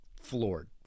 floored